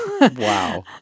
Wow